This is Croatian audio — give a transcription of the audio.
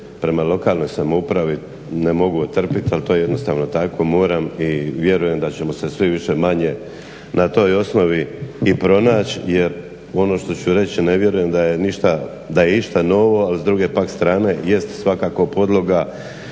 prema lokalnoj samoupravi. Ne mogu otrpjeti ali to je jednostavno tako, moram i vjerujem da ćemo se svi više-manje na toj osnovi i pronaći jer ono što ću reći ne vjerujem da je išta novo a s druge pak strane jest svakako podloga